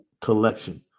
collection